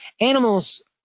animals